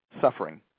suffering